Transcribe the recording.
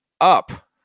up